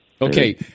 Okay